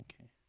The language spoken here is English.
Okay